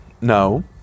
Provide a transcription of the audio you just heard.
No